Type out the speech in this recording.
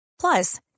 Plus